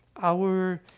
our,